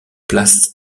place